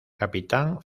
capitán